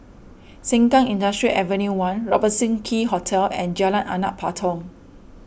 Sengkang Industrial Avenue one Robertson Quay Hotel and Jalan Anak Patong